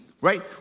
right